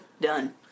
Done